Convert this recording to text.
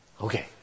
Okay